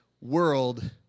world